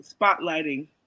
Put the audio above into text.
spotlighting